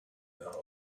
down